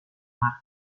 mar